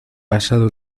pasado